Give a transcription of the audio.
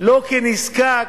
לא כנזקק,